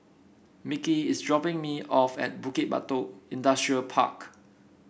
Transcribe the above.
Micky is dropping me off at Bukit Batok Industrial Park